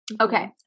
Okay